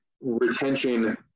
retention